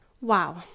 Wow